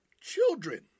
children